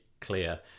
clear